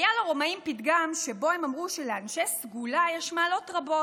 היה לרומאים פתגם שבו הם אמרו שלאנשי סגולה יש מעלות רבות,